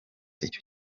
icyo